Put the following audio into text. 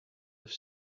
have